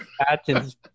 patents